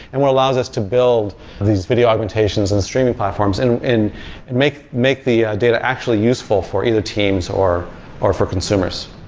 and where allows us to build these video augmentations and streaming platforms and and and make make the data actually useful for either teams or or for consumers.